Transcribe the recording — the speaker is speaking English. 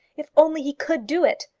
if only he could do it!